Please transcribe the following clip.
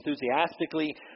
enthusiastically